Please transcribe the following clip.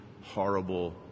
horrible